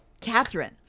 Catherine